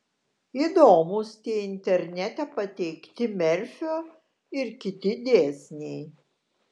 įdomūs tie internete pateikti merfio ir kiti dėsniai